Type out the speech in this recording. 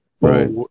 right